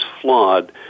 flawed